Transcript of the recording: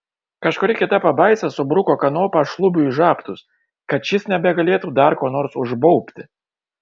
kažkuri kita pabaisa subruko kanopą šlubiui į žabtus kad šis nebegalėtų dar ko nors užbaubti